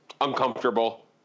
uncomfortable